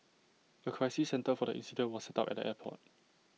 A crisis centre for the incident was set up at the airport